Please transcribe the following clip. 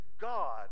God